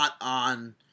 on